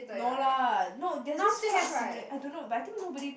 no lah no there's this flight simulator I don't know but I think nobody